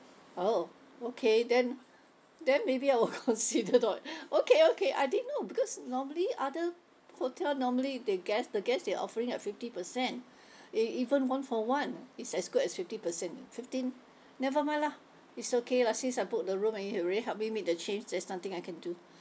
oh okay then then maybe I will consider not okay okay I didn't know because normally other hotel normally the guest the guest they offering like fifty percent ev~ even one for one it's as good as fifty percent fifteen nevermind lah it's okay lah since I book the room and you already help me make the change there's nothing I can do